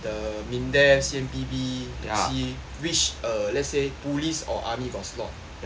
the MINDEF C_M_P_B see which err let's say police or army got slot